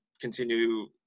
continue